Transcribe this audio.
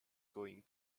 going